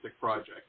project